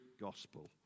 gospel